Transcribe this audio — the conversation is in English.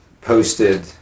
posted